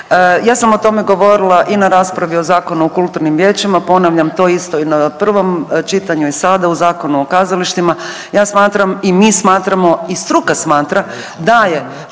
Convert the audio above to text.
ja sam o tome govorila i na raspravi o Zakonu o kulturnim vijećima ponavljam to isto i na prvom čitanju i sada u Zakonu o kazalištima, ja smatram i mi smatramo i struka smatra da je